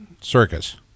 circus